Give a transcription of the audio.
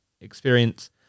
experience